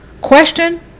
question